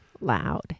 loud